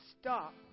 stop